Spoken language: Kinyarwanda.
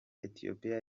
etiyopiya